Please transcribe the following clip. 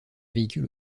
véhicule